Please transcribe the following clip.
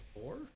four